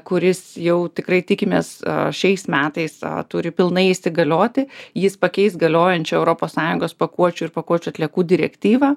kuris jau tikrai tikimės šiais metais turi pilnai įsigalioti jis pakeis galiojančią europos sąjungos pakuočių ir pakuočių atliekų direktyvą